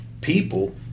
people